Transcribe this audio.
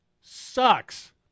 sucks